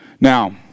Now